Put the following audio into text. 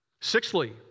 Sixthly